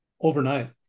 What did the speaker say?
overnight